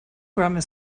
grammar